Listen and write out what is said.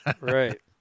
right